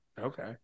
okay